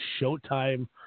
Showtime